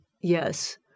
yes